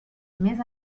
més